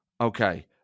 Okay